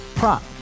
Prop